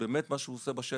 מה הוא עושה בשטח.